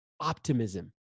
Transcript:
optimism